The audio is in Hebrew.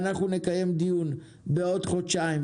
אנחנו נקיים דיון בעוד חודשיים.